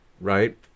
right